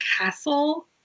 Castle